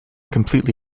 completely